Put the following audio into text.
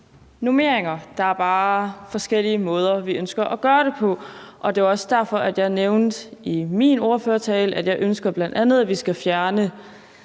normeringer – der er bare forskellige måder, vi ønsker at gøre det på. Og det var også derfor, jeg nævnte i min ordførertale, at jeg bl.a. ønsker, at vi skal fjerne